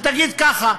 שתגיד ככה: